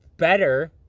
better